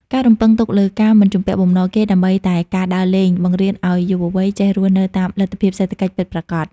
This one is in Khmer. ការរំពឹងទុកលើ "ការមិនជំពាក់បំណុលគេដើម្បីតែការដើរលេង" បង្រៀនឱ្យយុវវ័យចេះរស់នៅតាមលទ្ធភាពសេដ្ឋកិច្ចពិតប្រាកដ។